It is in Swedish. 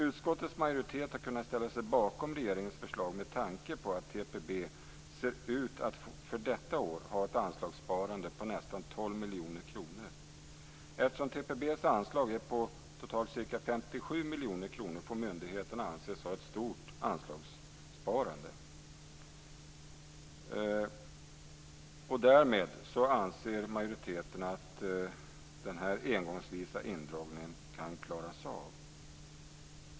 Utskottets majoritet har kunnat ställa sig bakom regeringens förslag med tanke på att TPB ser ut att för detta år ha ett anslagssparande på nästan 12 miljoner kronor. Eftersom TPB:s anslag är på totalt ca 57 miljoner kronor får myndigheten anses ha ett stort anslagssparande. Därmed anser majoriteten att den engångsvisa indragningen kan klaras av.